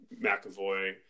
McAvoy